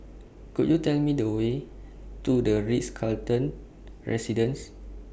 Could YOU Tell Me The Way to The Ritz Carlton Residences